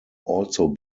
also